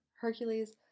Hercules